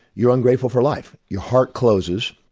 you're ungrateful for life, your heart closes,